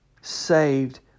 saved